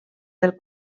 del